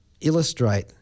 illustrate